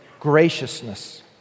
graciousness